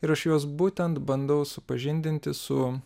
ir aš juos būtent bandau supažindinti su